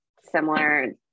similar